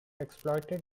exploited